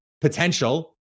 potential